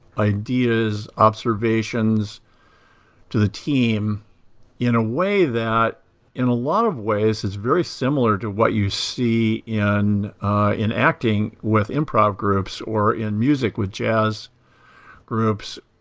ideas, observations to the team in a way that in a lot of ways is very similar to what you see in in acting with improv groups, or in music with jazz groups,